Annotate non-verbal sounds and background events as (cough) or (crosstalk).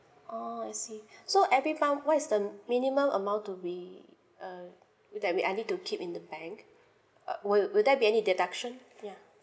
orh I see (breath) so every month what is the minimum amount to be uh with that I need to keep in the bank uh wo~ would that be any deduction yeah